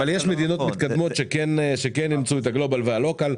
אבל יש מדינות מתקדמות שכן אימצו את הגלובאל והלוקל.